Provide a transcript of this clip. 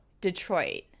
detroit